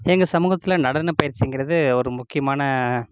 எங்கள் சமூகத்தில் நடனப் பயிற்சிங்கிறது ஒரு முக்கியமான